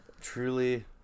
Truly